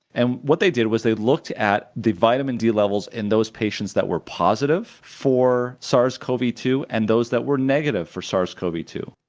and what they did was they looked at the vitamin d levels in those patients that were positive for sars cov two and those that were negative for sars cov two,